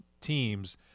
teams